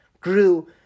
grew